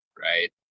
Right